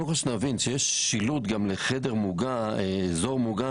צריך להבין שיש שילוט גם לאזור מוגן.